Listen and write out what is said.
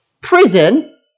prison